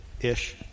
Ish